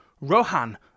Rohan